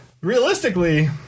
Realistically